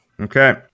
Okay